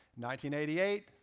1988